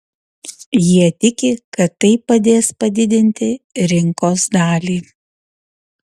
jie tiki kad tai padės padidinti rinkos dalį